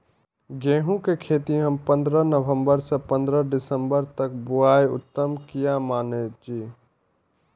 गेहूं के खेती हम पंद्रह नवम्बर से पंद्रह दिसम्बर तक बुआई उत्तम किया माने जी?